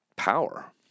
power